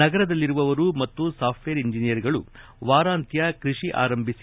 ನಗರದಲ್ಲಿರುವವರು ಮತ್ತು software ಇಂಜಿನಿಯರ್ಗಳು ವಾರಾಂತ್ಯ ಕೃಷಿ ಆರಂಭಿಸಿ